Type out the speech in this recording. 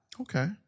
Okay